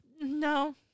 No